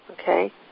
okay